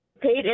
paid